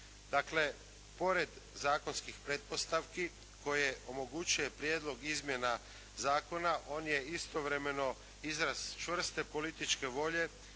Dakle, pored zakonskih pretpostavki koje omogućuje prijedlog izmjena zakona on je istovremeno izraz čvrste političke volje